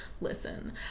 listen